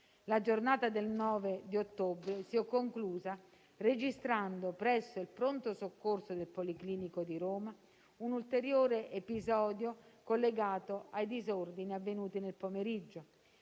La giornata del 9 ottobre si è conclusa registrando presso il pronto soccorso del Policlinico di Roma un ulteriore episodio collegato ai disordini avvenuti nel pomeriggio.